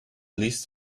list